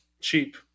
cheap